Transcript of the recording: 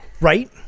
Right